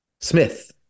Smith